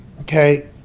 Okay